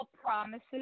promises